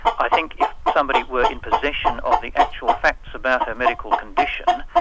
i think if somebody were in possession of the actual facts about her medical condition,